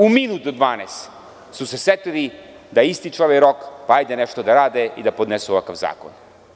U minut do 12 su se setili da ističe ovaj rok, pa ajde nešto da rade i da podnesu ovakav zakon.